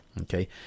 okay